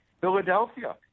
Philadelphia